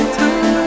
time